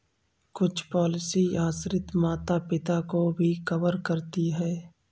कुछ पॉलिसी आश्रित माता पिता को भी कवर करती है